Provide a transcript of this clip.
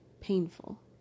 painful